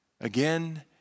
again